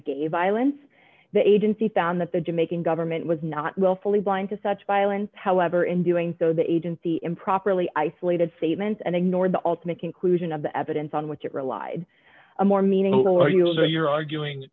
gay violence the agency found that the jamaican government was not willfully blind to such violence however in doing so the agency improperly isolated statements and ignored the ultimate conclusion of the evidence on which it relied a more meaning or yield or you're arguing